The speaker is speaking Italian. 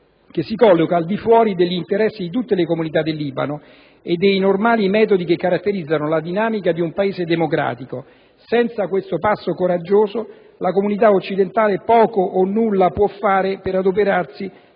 che si colloca al di fuori degli interessi di tutte le comunità del Libano e dei normali metodi che caratterizzano la dinamica di un Paese democratico. Senza questo passo coraggioso la comunità occidentale poco o nulla può fare per adoperarsi